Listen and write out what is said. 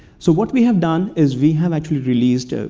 so what we have done is we have actually released ah